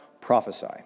prophesy